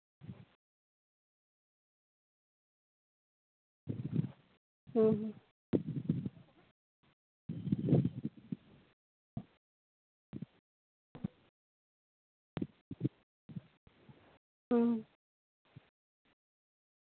ᱦᱩᱸ ᱦᱩᱸ